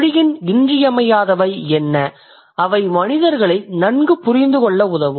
மொழியின் இன்றியமையாதவை என்ன அவை மனிதர்களை நன்கு புரிந்துகொள்ள உதவும்